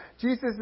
Jesus